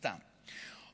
סתם,